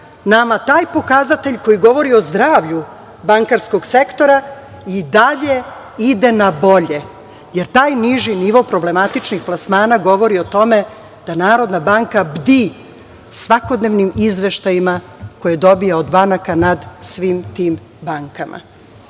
nama taj pokazatelj koji govori o zdravlju bankarskog sektora, i dalje ide na bolje, jer taj niži nivo problematičnih plasmana govori o tome da NBS, bdi svakodnevnim izveštajima koje dobija od banaka nad svim tim bankama. Kada